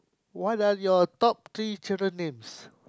what are your top three children names